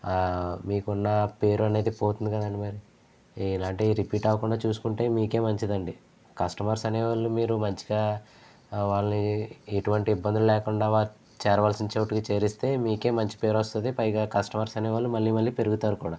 మీకున్నాపేరు అనేది పోతుంది కదండీ మరి ఇలాంటి రిపీట్ అవ్వకుండా చూసుకుంటే మీకే మంచిదండి కస్టమర్స్ అనేవాళ్ళు మీరు మంచిగా వాళ్ళని ఎటువంటి ఇబ్బంది లేకుండా వారికి చేరవలసిన చోటికి చేరిస్తే మీకే మంచి పేరు వస్తుంది పైగా కస్టమర్స్ అనే వాళ్ళు మళ్ళీ మళ్ళీ పెరుగుతారు కూడా